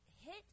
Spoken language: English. hit